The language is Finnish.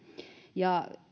ja